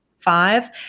five